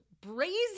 brazen